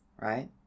right